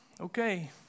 okay